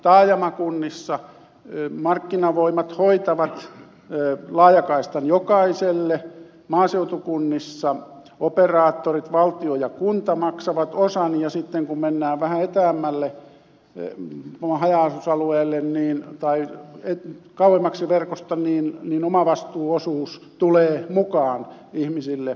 taajamakunnissa markkinavoimat hoitavat laajakaistan jokaiselle maaseutukunnissa operaattorit valtio ja kunta maksavat osan ja sitten kun mennään vähän etäämmälle haja asutusalueelle tai kauemmaksi verkosta niin omavastuuosuus tulee mukaan ihmisille yrittäjille